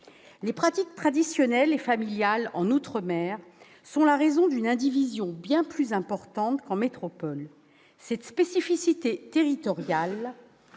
Les pratiques traditionnelles et familiales en outre-mer sont la raison d'une indivision bien plus importante qu'en métropole. Cette spécificité territoriale,